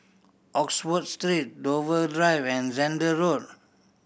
Oxford Street Dover Drive and Zehnder Road